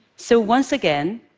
so once again,